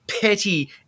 petty